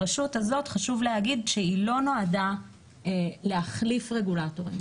חשוב להגיש שהרשות הזאת לא נועדה להחליף רגולטורים.